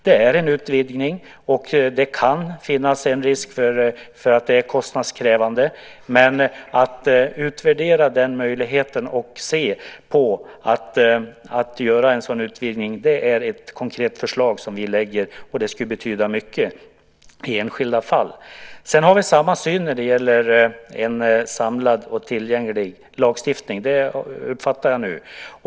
Det är en utvidgning, och det kan finnas risk för att det blir kostnadskrävande, men att utvärdera möjligheten att göra en sådan utvidgning är ett konkret förslag som vi lägger. Det skulle betyda mycket i enskilda fall. Vi har samma syn när det gäller en samlad och tillgänglig lagstiftning. Det uppfattade jag nu.